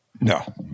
No